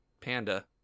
panda